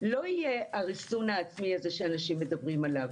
לא יהיה הראשון שאנשים מדברים עליו.